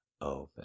Open